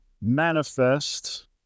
manifest